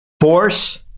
force